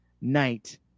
night